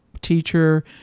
teacher